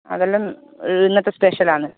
അതെല്ലാം ഇന്നത്തെ സ്പെഷ്യൽ ആണ്